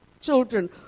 children